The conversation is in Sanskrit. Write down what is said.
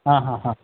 हा हा हा